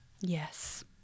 Yes